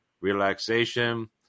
relaxation